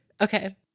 Okay